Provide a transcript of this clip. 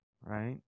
right